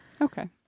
okay